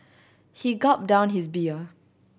he gulped down his beer